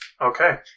Okay